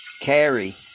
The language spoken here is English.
carry